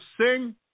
sing